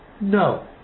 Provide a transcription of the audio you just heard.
No